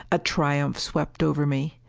a triumph swept over me.